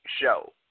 show